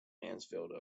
mansfield